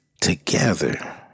together